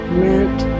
meant